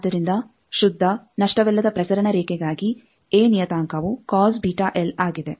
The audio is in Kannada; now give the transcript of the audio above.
ಆದ್ದರಿಂದ ಶುದ್ಧ ನಷ್ಟವಿಲ್ಲದ ಪ್ರಸರಣ ರೇಖೆಗಾಗಿ ಎ ನಿಯತಾಂಕವು ಆಗಿದೆ